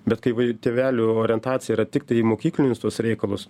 bet kai vai tėvelių orientacija yra tiktai į mokyklinius tuos reikalus